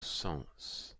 sens